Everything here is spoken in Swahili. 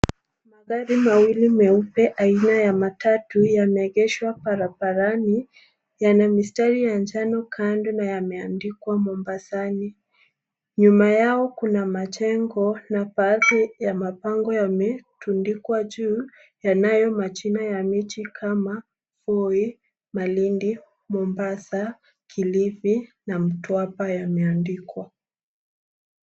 Magari mawili meupe aina ya matatu yameegeshwa barabarani. Yana mistari ya njano kando na yameandikwa mombasani. Nyuma yao kuna majengo na baadhi ya mabango yametundikwa juu. Yanayo majina ya miji kama Voi, Malindi, Mombasa, Kilifi na Mtwapa yameandikwa.